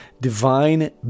divine